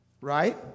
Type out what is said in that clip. right